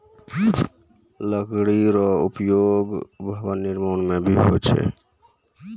लकड़ी रो उपयोग भवन निर्माण म भी होय छै